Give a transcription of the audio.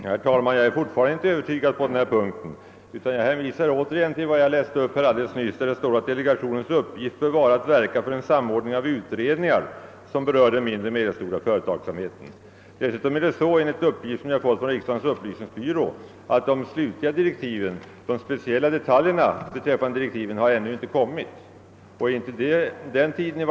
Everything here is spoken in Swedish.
Herr talman! Jag är fortfarande inte övertygad på denna punkt utan vill återigen hänvisa till vad jag läste upp alldeles nyss, att delegationens uppgift bör vara att verka för en samordning av utredningar som berör den mindre och medelstora företagsamheten. Enligt de uppgifter som jag fått från riksdagens upplysningsbyrå är det dessutom så att de slutliga direktiven, de speciella detaljerna i dem, ännu inte har kommit. Intill dess måste man ställa sig tveksam till om kapitalförsörjningsfrågorna skall tas upp till behandling av denna delegation.